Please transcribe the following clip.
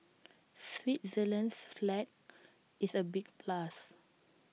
Switzerland's flag is A big plus